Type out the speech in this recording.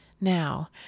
Now